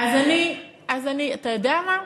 אז אני, אתה יודע מה?